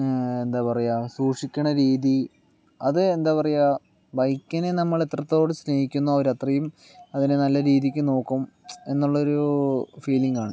എന്താ പറയുക സൂക്ഷിക്കണ രീതി അത് എന്താ പറയുക ബൈക്കിനെ നമ്മൾ എത്രത്തോട് സ്നേഹിയ്ക്കുന്നൊ അവര് അത്രയും അതിനെ നല്ല രീതിയ്ക്ക് നോക്കും എന്നൊള്ളൊരു ഫീലിങ്ങാണ്